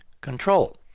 control